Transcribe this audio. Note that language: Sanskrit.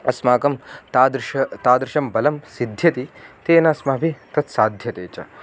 अस्माकं तादृशं तादृशं बलं सिद्ध्यति तेन अस्माभिः तत् साध्यते च